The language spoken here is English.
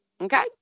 Okay